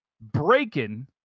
Breaking